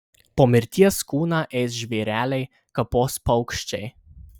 po mirties kūną ės žvėreliai kapos paukščiai